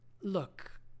Look